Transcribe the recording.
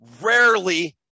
rarely